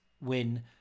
win